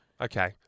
Okay